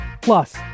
Plus